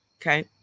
okay